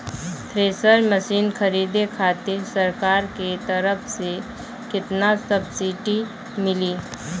Thresher machine खरीदे खातिर सरकार के तरफ से केतना सब्सीडी मिली?